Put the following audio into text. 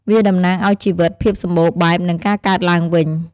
វាតំណាងឱ្យជីវិត ភាពសម្បូរបែប និងការកើតឡើងវិញ។